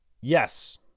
yes